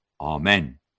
Amen